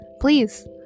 please